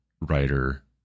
writer